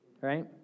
Right